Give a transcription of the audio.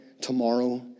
tomorrow